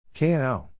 KNO